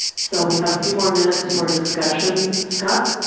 so we have a few more minutes for discussion. scott?